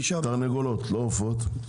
תרנגולות, לא עופות.